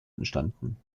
entstanden